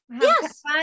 Yes